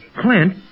Clint